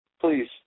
please